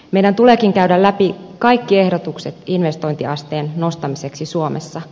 meidän tuleekin käydä läpi kaikki ehdotukset investointiasteen nostamiseksi suomessa